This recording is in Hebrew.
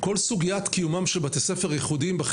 כל סוגיית קיומם של בתי ספר ייחודיים